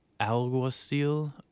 alguacil